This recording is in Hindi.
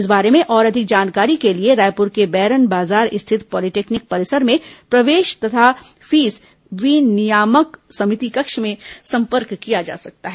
इस बारे में और अधिक जानकारी के लिए रायपुर के बैरन बाजार स्थित पॉलीटेक्निक परिसर में प्रवेश तथा फीस विनियामक समिति कक्ष में संपर्क किया जा सकता है